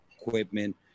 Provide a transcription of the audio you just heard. equipment